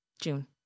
June